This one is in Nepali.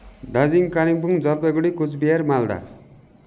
दार्जिलिङ कालिम्पोङ जलपाइगढी कुचबिहार मालदा